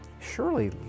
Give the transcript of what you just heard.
surely